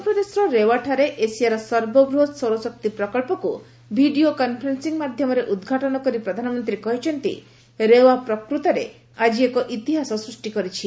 ମଧ୍ୟପ୍ରଦେଶର ରେଓ୍ୱାଠାରେ ଏସିଆର ସର୍ବବୃହତ ସୌରଶକ୍ତି ପ୍ରକଳ୍ପକୁ ଭିଡ଼ିଓ କନ୍ଫରେନ୍ସିଂ ମାଧ୍ୟମରେ ଉଦ୍ଘାଟନ କରି ପ୍ରଧାନମନ୍ତ୍ରୀ କହିଛନ୍ତି ରେୱା ପ୍ରକୂତରେ ଆଜି ଏକ ଇତିହାସ ସୃଷ୍ଟି କରିଛି